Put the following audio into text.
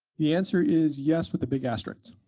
the answer is yes, with the big asterisks.